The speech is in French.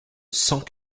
cent